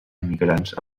emigrants